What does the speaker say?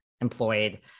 employed